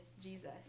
Jesus